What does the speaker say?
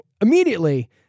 immediately